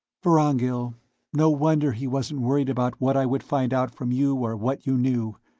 vorongil no wonder he wasn't worried about what i would find out from you or what you knew.